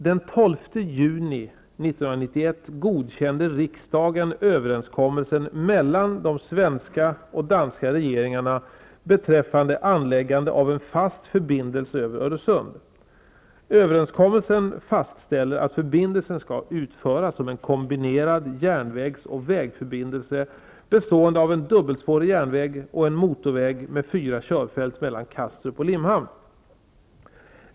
Den 12 juni 1991 godkände riksdagen överenskommelsen mellan de svenska och danska regeringarna beträffande anläggande av en fast förbindelse över Öresund. Överenskommelsen fastställer att förbindelsen skall utföras som en kombinerad järnvägs och vägförbindelse bestående av en dubbelspårig järnväg och en motorväg med fyra körfält mellan Kastrup och Limhamn.